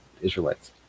Israelites